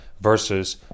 Versus